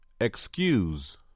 excuse